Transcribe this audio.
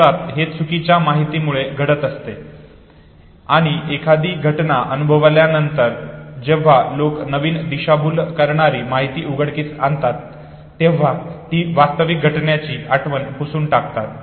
मुळात हे चुकीच्या माहितीमुळे घडत असते आणि एखादी घटना अनुभवल्यानंतर जेव्हा लोक नवीन दिशाभूल करणारी माहिती उघडकीस आणतात तेव्हा ती वास्तविक घटनेची आठवण पुसुन टाकतात